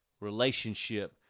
relationship